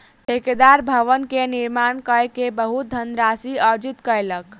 ठेकेदार भवन के निर्माण कय के बहुत धनराशि अर्जित कयलक